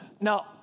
Now